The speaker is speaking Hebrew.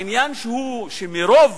העניין הוא, שמרוב